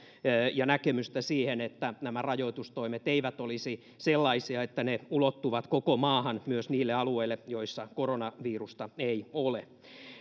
ja näkemystä siihen että nämä rajoitustoimet eivät olisi sellaisia että ne ulottuvat koko maahan myös niille alueille joissa koronavirusta ei ole